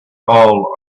all